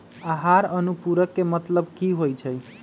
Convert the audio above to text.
आहार अनुपूरक के मतलब की होइ छई?